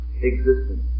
existence